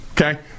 okay